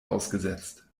ausgesetzt